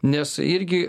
nes irgi